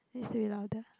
please say louder